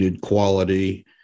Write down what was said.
quality